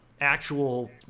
actual